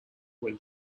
when